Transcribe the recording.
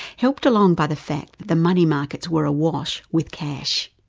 helped along by the fact that the money markets were awash with cash,